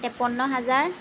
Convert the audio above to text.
তেৱন্ন হাজাৰ